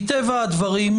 מטבע הדברים,